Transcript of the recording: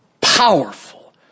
Powerful